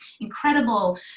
incredible